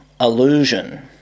illusion